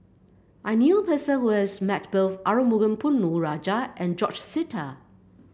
I knew a person who has met both Arumugam Ponnu Rajah and George Sita